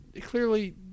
clearly